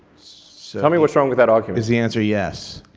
so tell me what's wrong with that argument? is the answer yes?